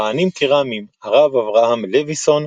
מכהנים כר"מים הרב אברהם לויסון,